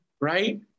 right